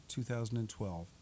2012